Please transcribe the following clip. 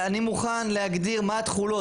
אני מוכן להגדיר מה התכולות.